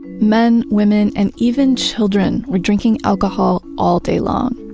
men, women, and even children were drinking alcohol all day long.